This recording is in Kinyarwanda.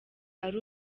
ari